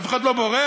אף אחד לא בורח.